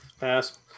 pass